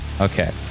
Okay